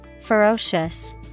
Ferocious